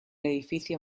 edificio